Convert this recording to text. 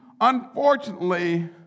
unfortunately